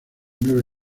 nueve